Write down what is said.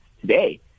today